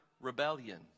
rebellion